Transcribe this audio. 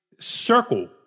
circle